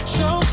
Show